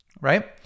right